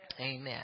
Amen